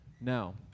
Now